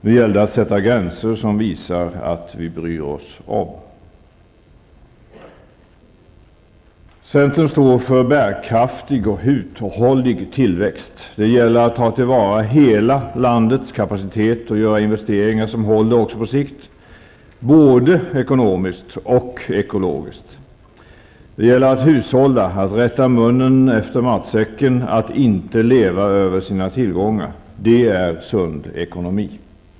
Nu gäller det att sätta gränser som visar att vi bryr oss om. Centern står för bärkraftig och uthållig tillväxt. Det gäller att ta till vara hela landets kapacitet och att göra investeringar som håller också på sikt -- både ekonomiskt och ekologiskt. Det gäller att hushålla -- att rätta munnen efter matsäcken och att inte leva över sina tillgångar. Det är sund ekonomi.